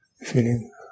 feeling